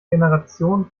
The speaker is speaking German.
generation